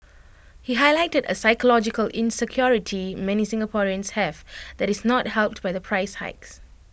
he highlighted A psychological insecurity many Singaporeans have that is not helped by the price hikes